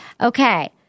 Okay